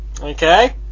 okay